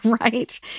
right